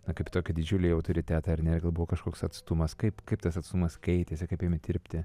na kaip tokį didžiulį autoritetą ar ne gal buvo kažkoks atstumas kaip kaip tas atstumas keitėsi kaip ėmė tirpti